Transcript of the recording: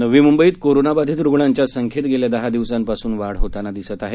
नवी मुंबईत कोरोनाबाधित रूग्णांच्या संख्येत गेल्या दहा दिवसांपासून वाढ होताना दिसत आहे